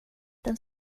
den